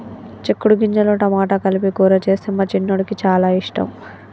చిక్కుడు గింజలు టమాటా కలిపి కూర చేస్తే మా చిన్నోడికి చాల ఇష్టం